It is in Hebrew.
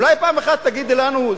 אולי פעם אחת תגידי לנו?